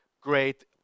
great